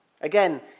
Again